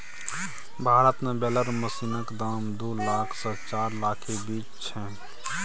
भारत मे बेलर मशीनक दाम दु लाख सँ चारि लाखक बीच छै